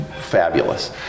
fabulous